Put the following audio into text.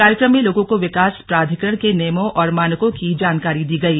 कार्यक्रम में लोगों को विकास प्राधिकरण के नियमों और मानकों की जानकारी दी गई